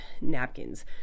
napkins